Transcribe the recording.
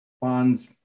bonds